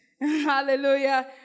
Hallelujah